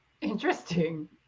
Interesting